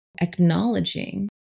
acknowledging